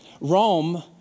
Rome